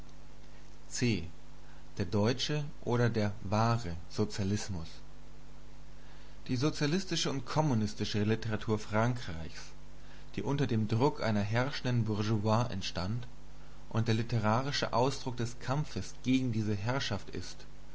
die sozialistische und kommunistische literatur frankreichs die unter dem druck einer herrschenden bourgeoisie entstand und der literarische ausdruck des kampfes gegen diese herrschaft ist